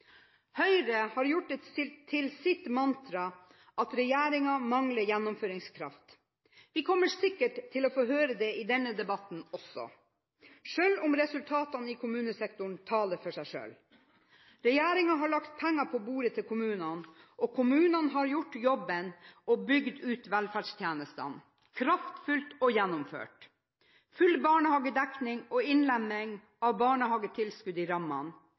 Høyre har gjort det til sitt mantra at regjeringen mangler gjennomføringskraft. Vi kommer sikkert til å få høre det i denne debatten også, selv om resultatene i kommunesektoren taler for seg. Regjeringen har lagt penger på bordet til kommunene, og kommunene har gjort jobben og bygd ut velferdstjenestene – kraftfullt og gjennomført. Det er full barnehagedekning og innlemming av barnehagetilskuddet i rammene.